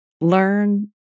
learn